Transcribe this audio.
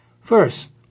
First